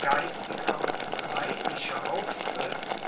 geistiger und reinlicher auftritt